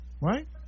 right